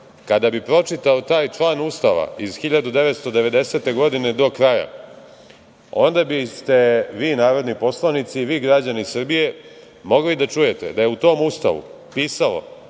Kada bi pročitao taj član Ustava iz 1990. godine do kraja, onda biste vi, narodni poslanici, i vi, građani Srbije, mogli da čujete da je u tom Ustavu pisalo